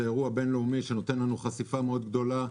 זה אירוע בינלאומי שנותן לנו חשיפה מאוד גדולה.